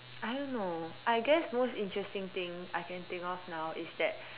I don't know I guess most interesting thing I can think of now is that